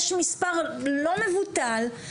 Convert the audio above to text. יש מספר לא מבוטל,